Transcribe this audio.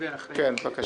חבר הכנסת טיבי, בבקשה.